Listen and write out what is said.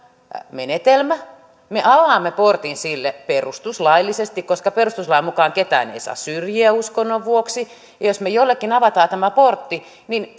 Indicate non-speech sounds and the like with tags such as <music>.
menetelmän me avaamme portin sille perustuslaillisesti koska perustuslain mukaan ketään ei saa syrjiä uskonnon vuoksi jos me jollekin avaamme tämän portin niin <unintelligible>